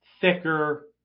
thicker